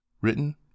Written